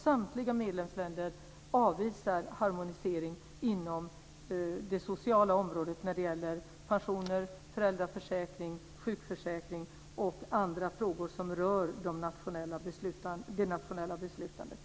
Samtliga medlemsländer avvisar nämligen harmonisering inom det sociala området när det gäller pensioner, föräldraförsäkring, sjukförsäkring och andra frågor som rör det nationella beslutandet.